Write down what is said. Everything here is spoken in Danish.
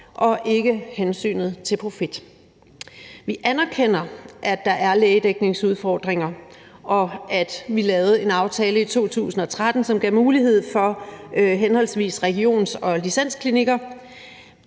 ikke hensynet til profit. Vi anerkender, at der er lægedækningsudfordringer, og vi lavede en aftale i 2013, som gav mulighed for henholdsvis regions- og licensklinikker.